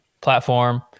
platform